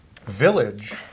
village